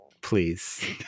please